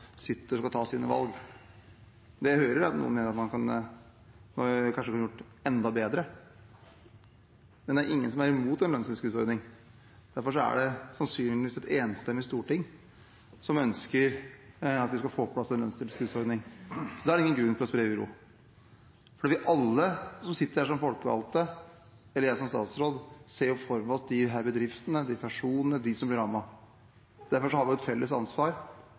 sitter og skal ta sine valg. Det jeg hører, er at noen kanskje ville gjort det enda bedre, men det er ingen som imot en lønnstilskuddsordning. Derfor er det sannsynligvis et enstemmig storting som ønsker at vi skal få på plass en lønnstilskuddsordning. Så da er det ingen grunn til å spre uro. Alle vi som sitter her som folkevalgte, og jeg som statsråd, ser jo for oss disse bedriftene, disse personene, de som blir rammet. Derfor har vi et felles ansvar for å finne en løsning. Så har vi brukt den siste uka. Vi fikk et